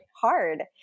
hard